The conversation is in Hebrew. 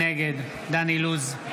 נגד דן אילוז,